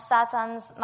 Satans